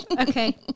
Okay